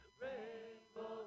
rainbow